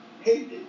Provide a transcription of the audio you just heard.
hated